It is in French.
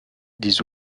des